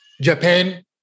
Japan